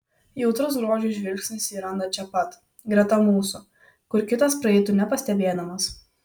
jautrus grožiui žvilgsnis jį randa čia pat greta mūsų kur kitas praeitų nepastebėdamas